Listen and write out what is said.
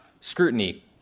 Scrutiny